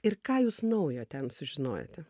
ir ką jūs naujo ten sužinojote